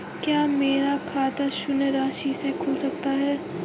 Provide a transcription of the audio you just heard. क्या मेरा खाता शून्य राशि से खुल सकता है?